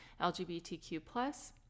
LGBTQ+